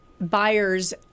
buyers